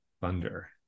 Thunder